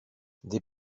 des